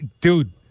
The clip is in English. dude